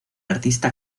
artista